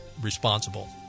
responsible